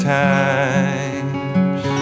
times